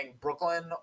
Brooklyn